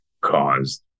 caused